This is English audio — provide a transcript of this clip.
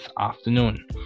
afternoon